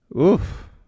Oof